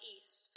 East